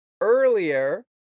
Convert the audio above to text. earlier